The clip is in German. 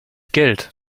geld